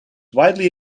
widely